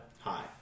Hi